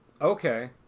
Okay